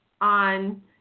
on